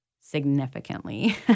significantly